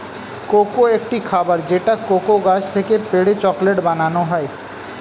cocoa একটি খাবার যেটা কোকো গাছ থেকে পেড়ে চকলেট বানানো হয়